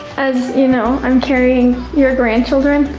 as you know, i'm carrying your grandchildren.